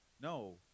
no